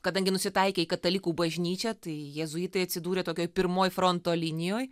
kadangi nusitaikė į katalikų bažnyčią tai jėzuitai atsidūrė tokioj pirmoj fronto linijoj